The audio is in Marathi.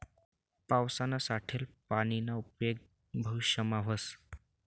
पावसायानं साठेल पानीना उपेग भविष्यमा व्हस